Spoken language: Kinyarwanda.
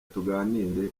tuganire